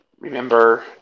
remember